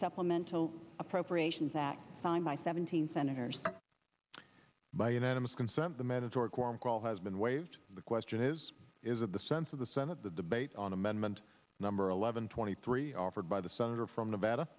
supplemental appropriations that signed by seventeen senators by unanimous consent the mandatory quorum call has been waived the question is is it the sense of the senate the debate on amendment number eleven twenty three offered by the senator from nevada